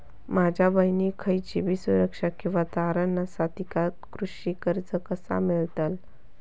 माझ्या बहिणीक खयचीबी सुरक्षा किंवा तारण नसा तिका कृषी कर्ज कसा मेळतल?